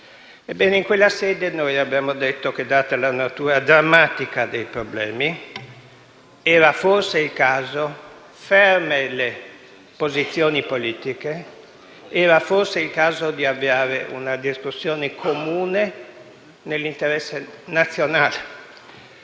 Ebbene, in quella sede abbiamo detto che, data la natura drammatica dei problemi, era forse il caso, ferme le posizioni politiche, di avviare una discussione comune, nell'interesse nazionale,